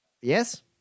Yes